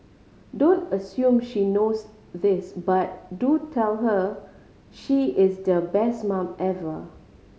don't assume she knows this but do tell her she is the best mum ever